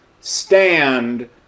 stand